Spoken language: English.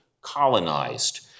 colonized